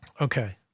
Okay